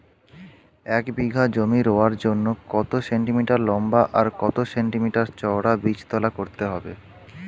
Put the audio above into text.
এক বিঘা জমি রোয়ার জন্য কত সেন্টিমিটার লম্বা আর কত সেন্টিমিটার চওড়া বীজতলা করতে হবে?